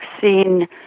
seen